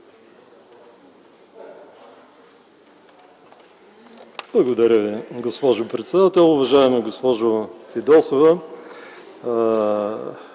Благодаря Ви, госпожо председател. Уважаема госпожо Фидосова,